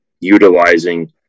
utilizing